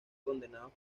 condenados